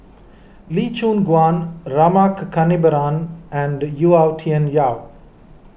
Lee Choon Guan Rama Kannabiran and Yau Tian Yau